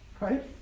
Right